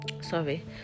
Sorry